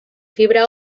fibra